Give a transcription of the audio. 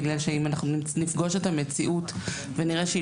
בגלל שאם אנחנו נפגוש את המציאות ונראה שהיא